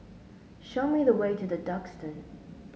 show me the way to The Duxton